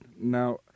Now